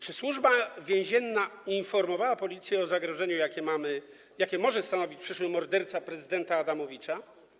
Czy Służba Więzienna informowała Policję o zagrożeniu, jakie może stanowić przyszły morderca prezydenta Adamowicza?